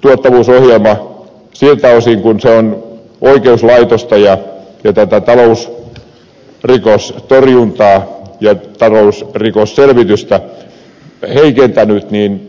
toivon todella että siltä osin kuin tuottavuusohjelma on oikeuslaitosta ja tätä talousrikostorjuntaa ja taraus rikosta josta ei tämä niin